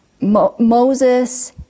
Moses